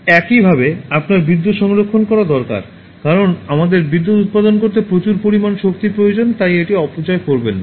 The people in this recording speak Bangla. একইভাবে আপনার বিদ্যুৎ সংরক্ষণ করা দরকার কারণ আমাদের বিদ্যুত উত্পাদন করতে প্রচুর পরিমাণ শক্তি প্রয়োজন তাই এটি অপচয় করবেন না